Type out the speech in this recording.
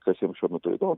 kas jiem šiuo metu įdom